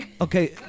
Okay